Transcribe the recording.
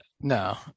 No